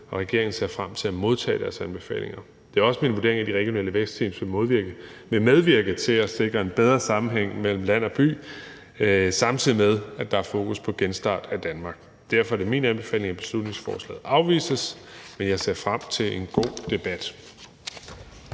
og regeringen ser frem til at modtage deres anbefalinger. Det er også min vurdering, at de regionale vækstteams vil medvirke til at sikre en bedre sammenhæng mellem land og by, samtidig med at der er fokus på genstart af Danmark. Derfor er det min anbefaling, at beslutningsforslaget afvises, men jeg ser frem til en god debat.